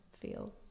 feel